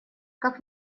как